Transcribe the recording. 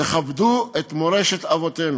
תכבדו את מורשת אבותינו